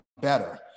better